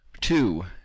two